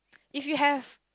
if you have